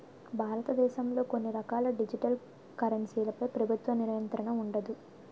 భారతదేశంలో కొన్ని రకాల డిజిటల్ కరెన్సీలపై ప్రభుత్వ నియంత్రణ ఉండదు